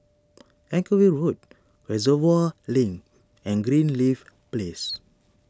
Anchorvale Road Reservoir Link and Greenleaf Place